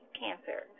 cancer